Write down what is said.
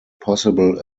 possible